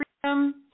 freedom